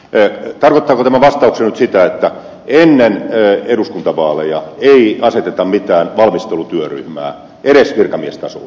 tarkoittaako tämä vastauksenne nyt sitä että ennen eduskuntavaaleja ei aseteta mitään valmistelutyöryhmää edes virkamiestasolla